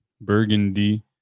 burgundy